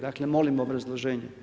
Dakle, molim obrazloženje.